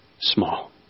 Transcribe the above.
small